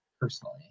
personally